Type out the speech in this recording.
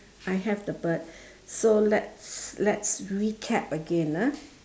I have the bird so let's let's recap again ah